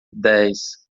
dez